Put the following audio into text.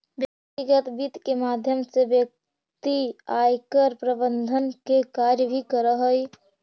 व्यक्तिगत वित्त के माध्यम से व्यक्ति आयकर प्रबंधन के कार्य भी करऽ हइ